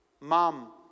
Mom